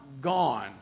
gone